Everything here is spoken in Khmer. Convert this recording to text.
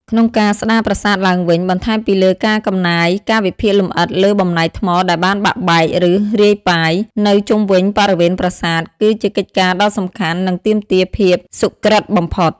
ក្នុងការស្ដារប្រាសាទឡើងវិញ បន្ថែមពីលើការកំណាយ ការវិភាគលម្អិតលើបំណែកថ្មដែលបានបាក់បែក ឬរាយប៉ាយ នៅជុំវិញបរិវេណប្រាសាទ គឺជាកិច្ចការដ៏សំខាន់ និងទាមទារភាពសុក្រិត្យបំផុត។